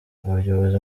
abayobozi